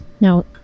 Now